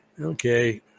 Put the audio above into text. okay